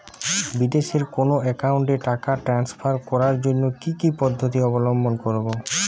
বিদেশের কোনো অ্যাকাউন্টে টাকা ট্রান্সফার করার জন্য কী কী পদ্ধতি অবলম্বন করব?